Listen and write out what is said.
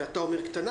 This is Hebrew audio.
ואתה אומר "קטנה",